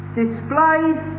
displayed